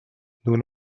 nur